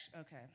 Okay